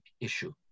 issue